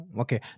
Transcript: okay